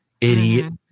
Idiot